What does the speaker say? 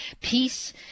peace